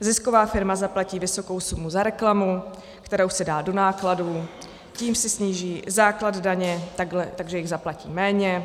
Zisková firma zaplatí vysokou sumu za reklamu, kterou si dá do nákladů, tím si sníží základ daně, takže jich zaplatí méně.